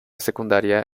secundaria